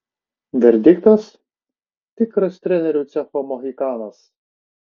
verdiktas tikras trenerių cecho mohikanas